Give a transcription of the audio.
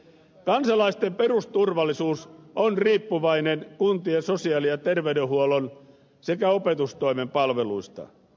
kansalaisten perusturvallisuus on riippuvainen kuntien sosiaali ja terveydenhuollon sekä opetustoimen palveluista